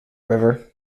river